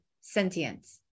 sentience